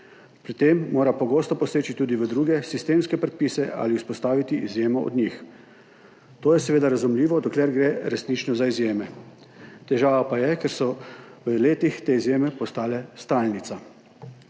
Pri tem mora pogosto poseči tudi v druge sistemske predpise ali vzpostaviti izjemo od njih. To je seveda razumljivo, dokler gre resnično za izjeme, težava pa je, ker so v letih te izjeme postale stalnica.